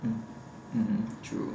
mm mmhmm true